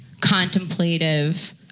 contemplative